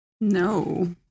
No